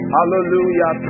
Hallelujah